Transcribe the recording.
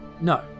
no